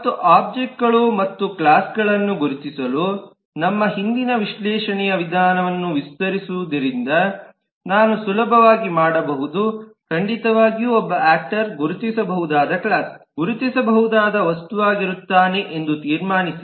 ಮತ್ತು ಒಬ್ಜೆಕ್ಟ್ಗಳು ಮತ್ತು ಕ್ಲಾಸ್ ಗಳನ್ನು ಗುರುತಿಸಲು ನಮ್ಮ ಹಿಂದಿನ ವಿಶ್ಲೇಷಣೆಯ ವಿಧಾನವನ್ನು ವಿಸ್ತರಿಸುವುದರಿಂದ ನಾನು ಸುಲಭವಾಗಿ ಮಾಡಬಹುದು ಖಂಡಿತವಾಗಿಯೂ ಒಬ್ಬ ಯಾಕ್ಟರ್ ಗುರುತಿಸಬಹುದಾದ ಕ್ಲಾಸ್ ಗುರುತಿಸಬಹುದಾದ ವಸ್ತುವಾಗಿರುತ್ತಾನೆ ಎಂದು ತೀರ್ಮಾನಿಸಿ